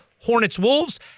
Hornets-Wolves